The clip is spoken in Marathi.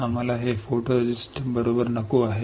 आम्हाला हे फोटोरिस्टिस्ट बरोबर नको आहे